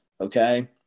okay